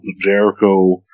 Jericho